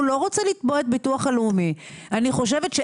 הוא לא רוצה לתבוע את הביטוח הלאומי.